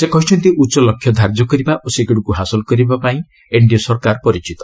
ସେ କହିଛନ୍ତି ଉଚ୍ଚ ଲକ୍ଷ୍ୟ ଧାର୍ଯ୍ୟ କରିବା ଓ ସେଗୁଡ଼ିକୁ ହାସଲ କରିବା ପାଇଁ ଏନ୍ଡିଏ ସରକାର ପରିଚିତ